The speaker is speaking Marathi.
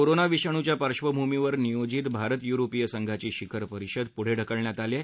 कोरोना विषाणूच्या पार्बंभूमीवर नियोजित भारत युरोपीय संघाची शिखर परिषद पुढं ढकलण्यात आली आहे